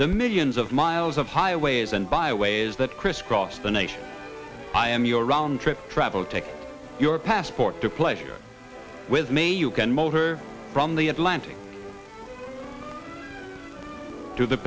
the millions of miles of highways and byways that crisscross the nation i am your round trip travel take your passport to pleasure with may you can motor from the atlantic to the